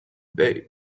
they